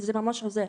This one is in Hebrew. שזה ממש עוזר.